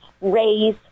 raise